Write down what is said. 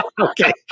okay